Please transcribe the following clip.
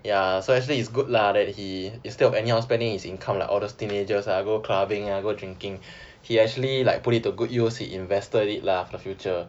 ya so actually it's good lah that he instead of anyhow spending his income lah like all those teenagers go clubbing ah go drinking he actually like put it to good use he invested it lah in future